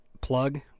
plug